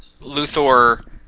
Luthor